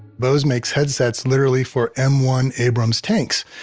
bose makes headsets literally for m one abrams tanks.